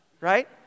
right